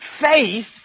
Faith